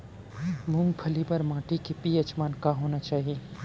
मूंगफली बर माटी के पी.एच मान का होना चाही?